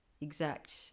exact